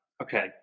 Okay